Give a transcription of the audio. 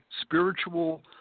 spiritual